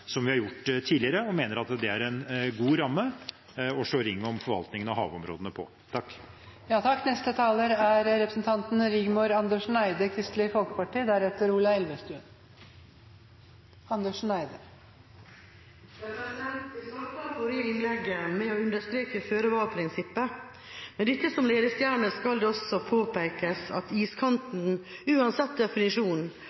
som vi har gjort tidligere, og mener at det er en god ramme for å slå ring om forvaltningen av havområdene. De talerne som heretter får ordet, har en taletid på inntil 3 minutter. Jeg startet forrige innlegg med å understreke føre-var-prinsippet. Med dette som ledestjerne skal det også påpekes at iskanten, uansett